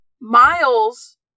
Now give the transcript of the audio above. Miles